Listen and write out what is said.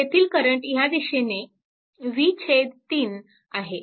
येथील करंट ह्या दिशेने v 3 आहे